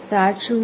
7 શું છે